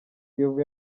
kiyovu